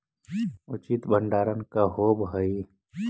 उचित भंडारण का होव हइ?